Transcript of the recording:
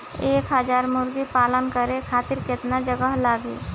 एक हज़ार मुर्गी पालन करे खातिर केतना जगह लागी?